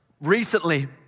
recently